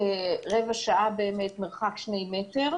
כרבע שעה ומרחק של שני מטרים.